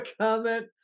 comment